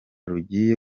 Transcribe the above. rugiye